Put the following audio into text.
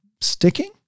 sticking